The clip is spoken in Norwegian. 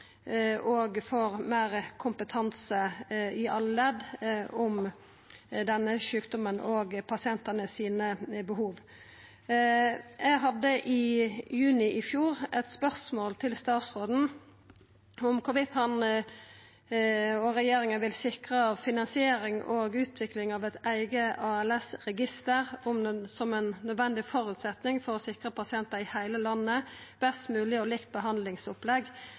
får meir kompetanse i alle ledd om denne sjukdommen og pasientane sine behov. Eg stiltet i juni i fjor eit spørsmål til statsråden om han og regjeringa vil sikra finansiering og utvikling av eit eige ALS-register, som ein nødvendig føresetnad for å sikra pasientar i heile landet best mogleg og likt behandlingsopplegg,